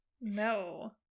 No